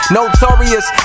Notorious